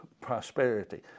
prosperity